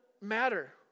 matter